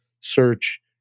search